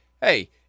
Hey